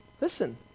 listen